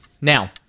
now